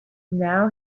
now